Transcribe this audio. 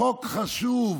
חוק חשוב